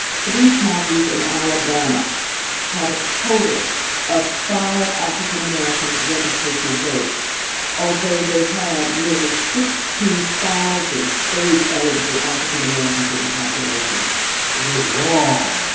three counties in alabama had a total of five african-americans registered to vote although they had nearly sixteen thousand age-eligible african-americans in the population it is wrong